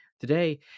Today